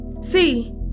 See